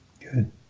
good